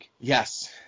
Yes